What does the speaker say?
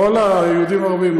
לא ביהודים ערבים,